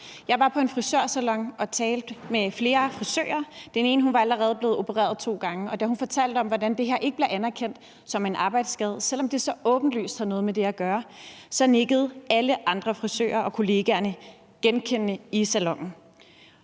Jeg var i en frisørsalon, hvor jeg talte med flere frisører, og den ene var allerede blevet opereret to gange, og da hun fortalte om, hvordan det her ikke bliver anerkendt som en arbejdsskade, selv om det så åbenlyst har noget med det at gøre, så nikkede alle de andre frisører og kollegaerne i salonen